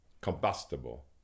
combustible